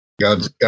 God's